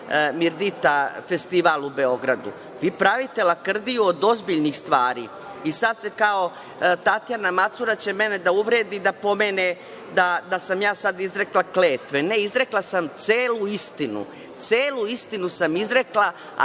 „Mirdita“ festival u Beogradu. Vi pravite lakrdiju od ozbiljnih stvari i sada kao Tatjana Macura će mene da uvredi da pomene da sam ja sada izrekla kletve. Ne, izrekla sam celu istinu. Celu istinu sam izrekla, a